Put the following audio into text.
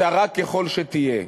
צרה ככל שתהיה.